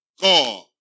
God